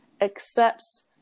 accepts